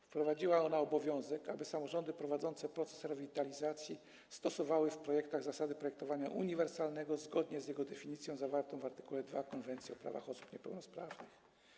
Wprowadziła ona obowiązek dla samorządów prowadzących proces rewitalizacji stosowania w projektach zasady projektowania uniwersalnego, zgodnie z jego definicją zawartą w art. 2 Konwencji o prawach osób niepełnosprawnych.